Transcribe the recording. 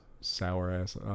sour-ass